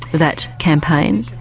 that campaign?